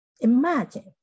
Imagine